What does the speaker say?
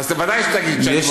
אז בוודאי תגיד שאני מורח אותך.